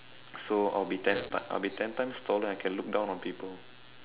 so I'll be ten I'll be ten times taller and I can look down on people